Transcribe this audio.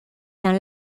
dans